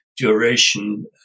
duration